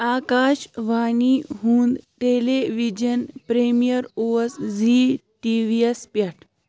آکاش وانی ہُنٛد television premiere اوس Zee T V یَس پٮ۪ٹھ